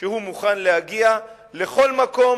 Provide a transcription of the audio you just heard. שהוא מוכן להגיע לכל מקום